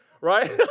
Right